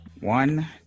One